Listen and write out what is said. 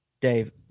Dave